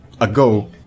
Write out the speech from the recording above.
ago